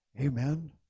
amen